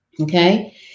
Okay